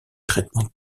traitements